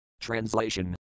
Translation